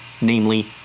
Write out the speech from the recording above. namely